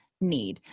Need